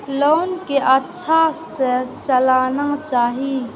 Loan के अच्छा से चलाना चाहि?